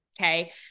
Okay